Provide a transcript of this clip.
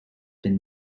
been